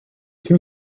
two